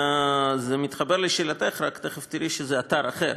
זה מתחבר לשאלתך, רק תכף תראי שזה אתר אחר.